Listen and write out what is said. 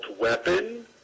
weapon